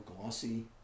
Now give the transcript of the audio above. glossy